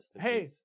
hey